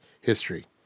history